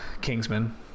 Kingsman